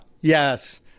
Yes